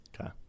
Okay